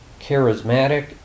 charismatic